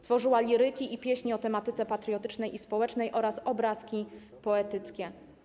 Tworzyła liryki i pieśni o tematyce patriotycznej i społecznej oraz obrazki poetyckie.